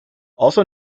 also